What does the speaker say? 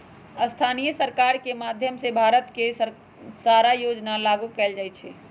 स्थानीय सरकार के माधयम से भारत के सारा योजना लागू कएल जाई छई